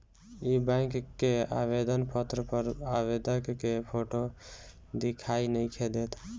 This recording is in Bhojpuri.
इ बैक के आवेदन पत्र पर आवेदक के फोटो दिखाई नइखे देत